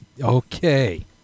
Okay